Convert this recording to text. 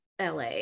LA